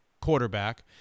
quarterback